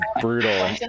brutal